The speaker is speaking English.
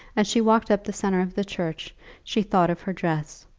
as she walked up the centre of the church she thought of her dress,